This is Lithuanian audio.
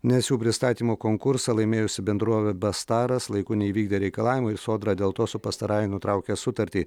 nes jų pristatymo konkursą laimėjusi bendrovė bestaras laiku neįvykdė reikalavimo ir sodra dėl to su pastarąja nutraukė sutartį